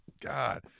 God